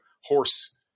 horse